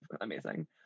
amazing